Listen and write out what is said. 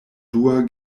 dua